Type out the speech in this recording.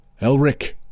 Elric